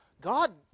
God